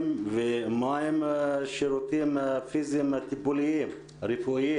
ומה עם השירותים הפיזיים הטיפולים הרפואיים?